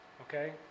Okay